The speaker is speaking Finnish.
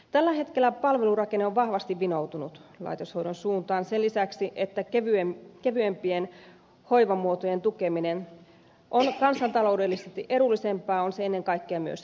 tällä hetkellä palvelurakenne on vahvasti vinoutunut laitoshoidon suuntaan vaikka sen lisäksi että kevyempien hoivamuotojen tukeminen on kansantaloudellisesti edullisempaa on se ennen kaikkea myös inhimillisempää